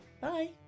bye